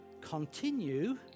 continue